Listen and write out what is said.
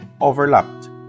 overlapped